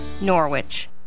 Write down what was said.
Norwich